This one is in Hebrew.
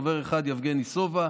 חבר אחד: יבגני סובה,